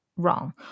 wrong